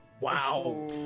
Wow